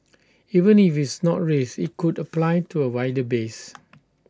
even if it's not raised IT could apply to A wider base